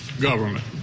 government